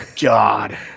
god